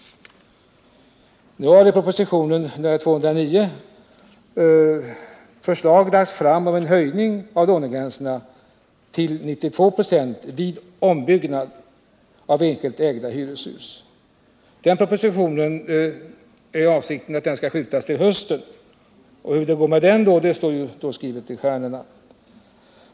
Nu hari proposition nr 209 förslag lagts fram om höjning av lånegränsen till 92 96 vid ombyggnad av enskilt ägda hyreshus. Avsikten härmed är att den propositionen skall uppskjutas till hösten. Hur det då kommer att gå med den står skrivet i stjärnorna.